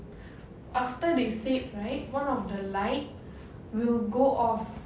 after they said right one of the light will go off